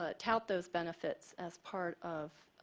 ah doubt those benefits as part of